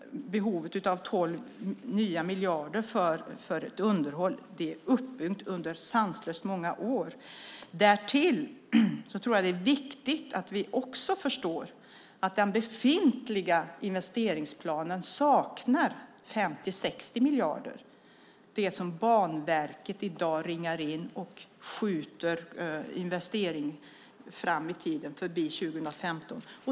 Behovet av 12 nya miljarder för underhåll har byggts upp under sanslöst många år. Därtill är det viktigt att vi förstår att den befintliga investeringsplanen saknar 50-60 miljarder. Det är sådant som Banverket i dag ringar in och där man skjuter investeringarna på framtiden, förbi 2015.